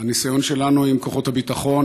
הניסיון שלנו עם כוחות הביטחון,